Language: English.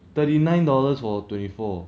thirty nine dollars for twenty four